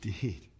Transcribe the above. Indeed